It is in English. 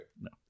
no